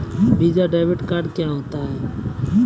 Visa debit card क्या होता है?